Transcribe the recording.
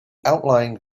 outlying